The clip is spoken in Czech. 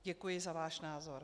Děkuji za váš názor.